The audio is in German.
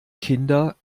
kinder